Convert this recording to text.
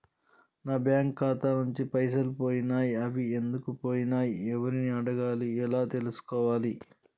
నా బ్యాంకు ఖాతా నుంచి పైసలు పోయినయ్ అవి ఎందుకు పోయినయ్ ఎవరిని అడగాలి ఎలా తెలుసుకోవాలి?